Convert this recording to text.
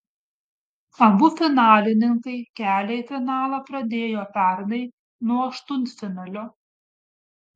abu finalininkai kelią į finalą pradėjo pernai nuo aštuntfinalio